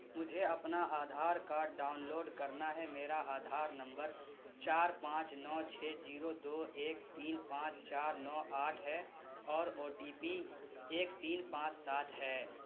مجھے اپنا Aadhaar card download کرنا ہے میرا آدھار نمبر چار پانچ نو چھ جیرو دو ایک تین پانچ چار نو آٹھ ہے اور او ٹی پی ایک تین پانچ سات ہے